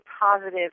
positive